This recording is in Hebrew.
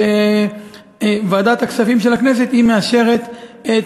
וועדת הכספים של הכנסת מאשרת את